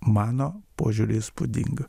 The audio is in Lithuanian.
mano požiūriu įspūdinga